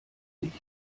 nicht